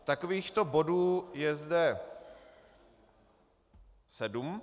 Takovýchto bodů je zde sedm.